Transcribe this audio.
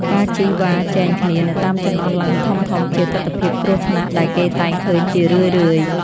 ការជិះវ៉ាជែងគ្នានៅតាមចន្លោះឡានធំៗជាទិដ្ឋភាពគ្រោះថ្នាក់ដែលគេតែងឃើញជារឿយៗ។